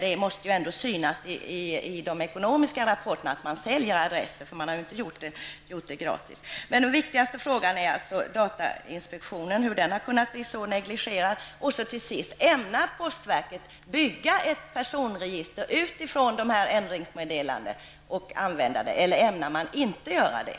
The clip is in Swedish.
Det måste ändå synas i de ekonomiska rapporterna att man säljer adresser, för man har inte gjort det gratis. Men den viktigaste frågan är alltså hur datainspektionen har kunnat bli så negligerad. Till sist: Ämnar postverket bygga ett personregister utifrån dessa ändringsmeddelanden och använda det eller ämnar man inte att göra det?